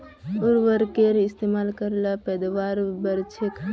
उर्वरकेर इस्तेमाल कर ल पैदावार बढ़छेक